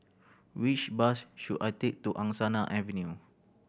which bus should I take to Angsana Avenue